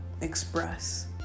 express